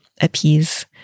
appease